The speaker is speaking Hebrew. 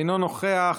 אינו נוכח,